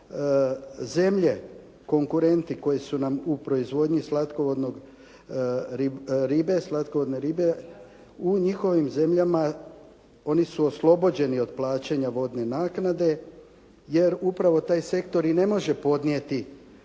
zemlje konkurenti koje su nam u proizvodnji slatkovodne ribe u njihovim zemljama oni su oslobođeni od plaćanja vodne naknade, jer upravo taj sektor ne može podnijeti